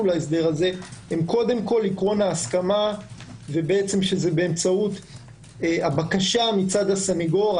להסדר הזה הם קודם כל עיקרון ההסכמה ושזה באמצעות הבקשה מטעם הסנגור,